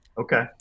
Okay